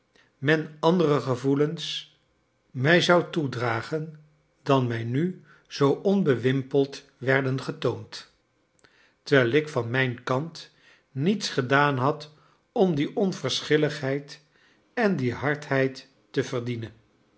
men andere gevoelens mij zou toedragen dan mij nu zoo onbewimpeld werden getoond terwijl ik van mijn kant niets gedaan had om die onverschilligheid en die hardheid te verdienen